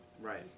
Right